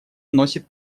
носит